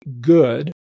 good